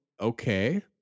okay